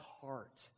heart